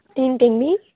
ఏమిటండీ